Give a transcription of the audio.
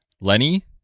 Lenny